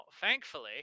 thankfully